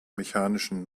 mechanischen